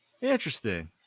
interesting